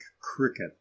cricket